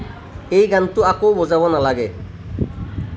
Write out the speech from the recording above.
এই গানটো আকৌ বজাব নালাগে